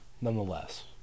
nonetheless